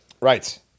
right